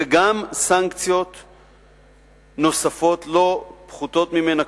וגם סנקציות נוספות לא פחותות ממנה,